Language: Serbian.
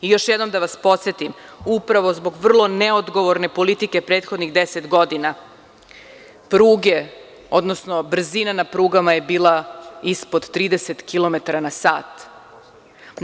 Još jednom da vas podsetim, upravo zbog vrlo neodgovorne politike prethodnih 10 godina, pruge, odnosno brzina na prugama je bila ispod 30 kilometara na sat.